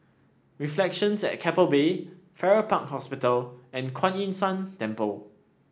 Reflections at Keppel Bay Farrer Park Hospital and Kuan Yin San Temple